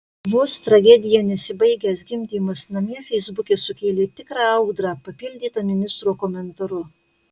vos tragedija nesibaigęs gimdymas namie feisbuke sukėlė tikrą audrą papildyta ministro komentaru